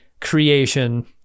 creation